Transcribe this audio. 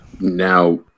Now